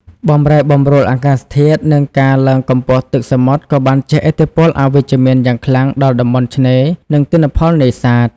បម្រែបម្រួលអាកាសធាតុ និងការឡើងកម្ពស់ទឹកសមុទ្រក៏បានជះឥទ្ធិពលអវិជ្ជមានយ៉ាងខ្លាំងដល់តំបន់ឆ្នេរ និងទិន្នផលនេសាទ។